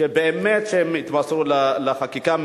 שבאמת התמסרו לחקיקה,